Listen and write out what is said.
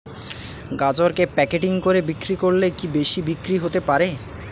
গাজরকে প্যাকেটিং করে বিক্রি করলে কি বেশি বিক্রি হতে পারে?